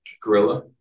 Gorilla